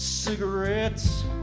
cigarettes